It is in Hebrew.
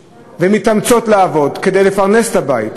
ומתאמצות לעבוד כדי לפרנס את הבית,